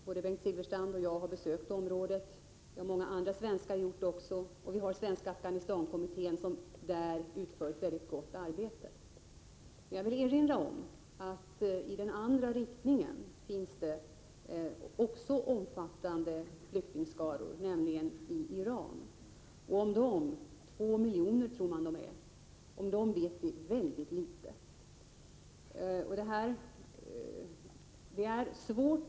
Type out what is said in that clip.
Bengt Silfverstrand och jag har båda besökt området, liksom många andra svenskar, och Svenska afghanistankommittén utför ett mycket gott arbete där. Men jag vill erinra om att det också i den andra riktningen finns omfattande flyktingskaror, nämligen i Iran, och om dem —2 miljoner tror man de är — vet vi väldigt litet.